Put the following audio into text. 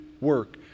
work